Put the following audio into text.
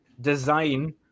design